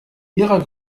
ihrer